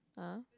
ah